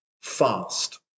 fast